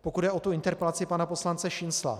Pokud jde o interpelaci pana poslance Šincla.